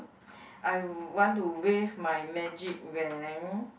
I want to wave my magic wand